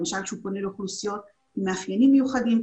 למשל הוא פונה לאוכלוסיות עם מאפיינים מיוחדים,